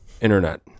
internet